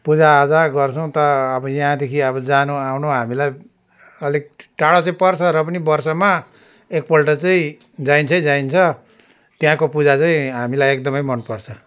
पूजा आजा गर्छौँ त अब यहाँदेखि अब जानु आउनु हामीलाई अलिक टाढो चाहिँ पर्छ र पनि वर्षमा एकपल्ट चाहिँ जाइन्छै जाइन्छ त्यहाँको पूजा चाहिँ हामीलाई एकदमै मनपर्छ